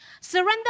Surrender